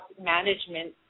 management